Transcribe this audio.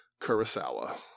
Kurosawa